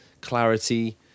clarity